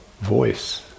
voice